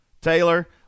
Taylor